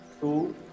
two